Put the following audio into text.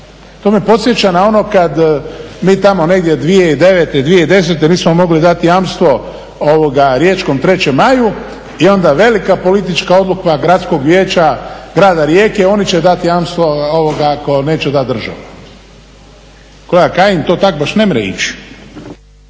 To me podsjeća na ono kad mi tamo negdje 2009., 2010. nismo mogli dati jamstvo riječkom 3. Maju i onda velika politička odluka gradskog vijeća grada Rijeke, oni će dati jamstvo ako neće dati država. Kolega Kajin, to tako baš ne može ići.